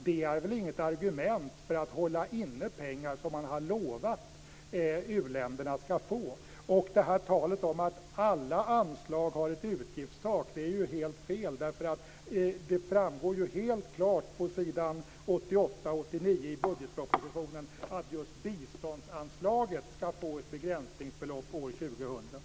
Det är väl inget argument för att hålla inne pengar som man har lovat att uländerna ska få. Talet om att alla anslag har ett utgiftstak är ju helt felaktigt, därför att det på s. 88-89 i budgetpropositionen helt klart framgår att just biståndsanslaget ska få ett begränsningsbelopp år 2000.